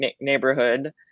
neighborhood